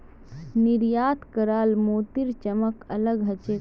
निर्यात कराल मोतीर चमक अलग ह छेक